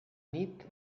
nit